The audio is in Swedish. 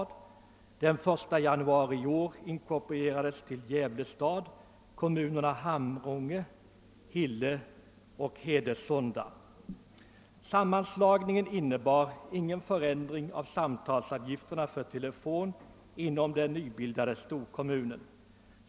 Den 1 januari i år inkorporerades till Gävle stad kommunerna Hamrånge, Hille och Hedesunda. Sammanslagningen innebar ingen förändring av samtalsavgifterna för telefon inom den nybildade storkommunen.